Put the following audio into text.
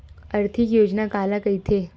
आर्थिक योजना काला कइथे?